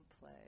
play